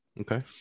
Okay